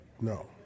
No